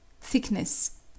thickness